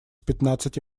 пятнадцати